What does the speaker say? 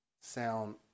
sound